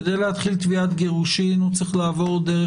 כדי להתחיל תביעת גירושין הוא צריך לעבור דרך